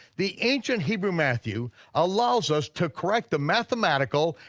the ancient hebrew matthew allows us to correct the mathematical,